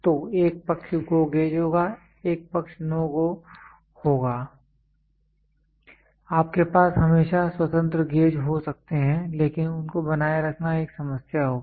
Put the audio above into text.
तो एक पक्ष GO होगा एक पक्ष NO GO होगा आपके पास हमेशा स्वतंत्र गेज हो सकते हैं लेकिन उनको बनाए रखना एक समस्या होगी